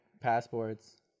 passports